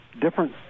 different